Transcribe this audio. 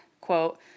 quote